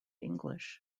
english